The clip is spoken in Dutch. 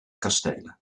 kastelen